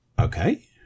okay